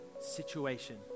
situation